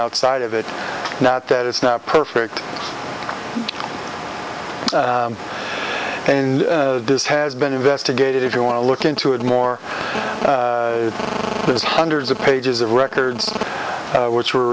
outside of it not that it's not perfect and this has been investigated if you want to look into it more there's hundreds of pages of records which were